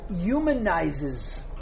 humanizes